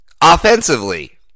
Offensively